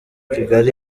kigali